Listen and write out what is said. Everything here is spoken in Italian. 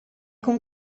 con